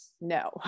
No